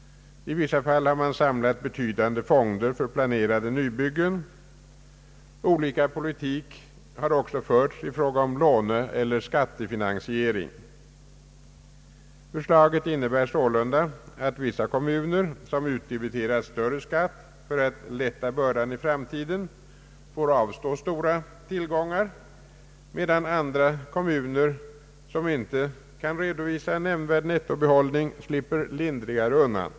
I vissa fall har man samlat betydande fonder för planerade nybyggen. Olika politik har också förts i fråga om låneeller skattefinansiering. Förslaget innebär sålunda att vissa kommuner, som utdebiterat högre skatt för att lätta bördan i framtiden, får avstå stora tillgångar, medan andra kommuner, som inte kan redovisa nämnvärd nettobehållning, slipper lindrigare undan.